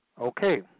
Okay